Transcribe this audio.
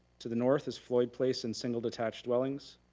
to the north is floyd place and single detached dwellings.